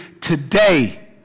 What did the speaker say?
today